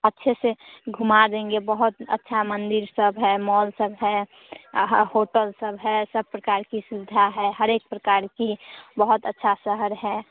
अच्छे से घूमा देंगे बहुत अच्छा मंदिर सब है मॉल सब है आहा होटल सब है सब प्रकार की सुविधा है हर एक प्रकार की बहुत अच्छा शहर है